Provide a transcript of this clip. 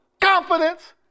confidence